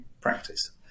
practice